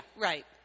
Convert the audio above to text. right